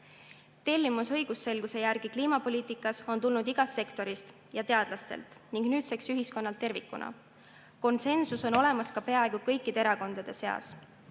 Tellimus õigusselguse järele kliimapoliitikas on tulnud igast sektorist ja teadlastelt ning nüüdseks ühiskonnalt tervikuna. Konsensus on olemas ka peaaegu kõikide erakondade seas